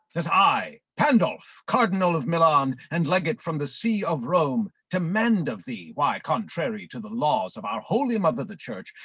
that i, pandulph, cardinal of milan, and legate from the see of rome, demand of thee, why, contrary to the laws of our holy mother the church,